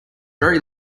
very